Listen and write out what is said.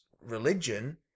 religion